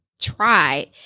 Try